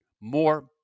more